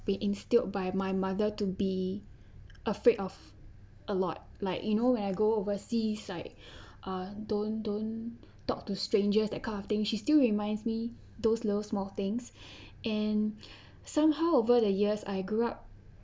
they instilled by my mother to be afraid of a lot like you know when I go overseas like ah don't don't talk to strangers that kind of thing she's still reminds me those little small things and somehow over the years I grew up